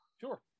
Sure